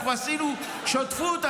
אנחנו עשינו שותפות,